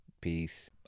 Peace